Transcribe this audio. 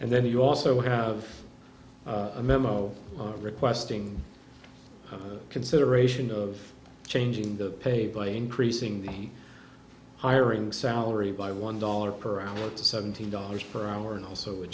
and then you also have a memo requesting the consideration of changing the pay by increasing the hiring salary by one dollar per hour to seventeen dollars per hour and also